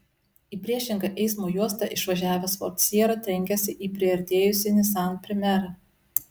į priešingą eismo juostą išvažiavęs ford sierra trenkėsi į priartėjusį nissan primera